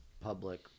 public